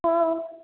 हो